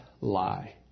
lie